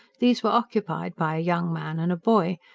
these were occupied by a young man and a boy,